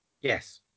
Yes